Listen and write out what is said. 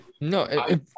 No